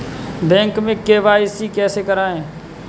Bank में KYC कैसे करायें?